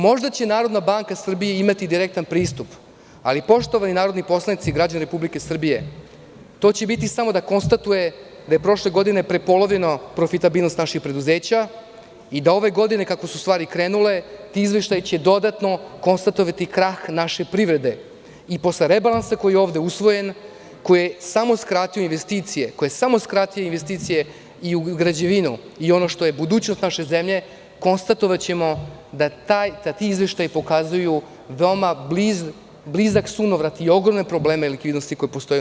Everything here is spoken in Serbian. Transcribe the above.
Možda će Narodna banka Srbije imati direktan pristup, ali poštovani narodni poslanici, građani Republike Srbije, to će biti samo da konstatuje da je prošle godine prepolovljena profitabilnost naših preduzeća i da će ove godine, kako su stvari krenule, ti izveštaji dodatno konstatovati krah naše privrede i posle rebalansa koji je ovde usvojen, koji je samo skratio investicije i u građevinu i u ono što je budućnost naše zemlje, konstatovaćemo da ti izveštaji pokazuju veoma blizak sunovrat i ogromne probleme likvidnosti koje postoje u našoj državi. hvala vam.